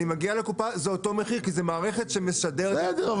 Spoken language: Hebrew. אני מגיע לקופה וזה אותו מחיר כי זו מערכת שמסדרת --- בסדר,